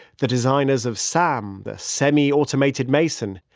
the designers of sam, the semi-automated mason,